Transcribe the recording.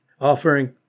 offering